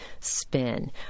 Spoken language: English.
spin